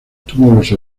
túmulos